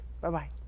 Bye-bye